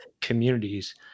communities